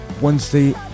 Wednesday